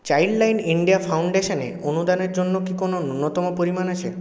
Childline India ফাউন্ডেশনে অনুদানের জন্য কি কোনো ন্যূনতম পরিমাণ আছে